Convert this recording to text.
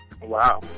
Wow